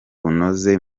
bunoze